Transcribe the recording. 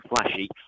flashy